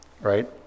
right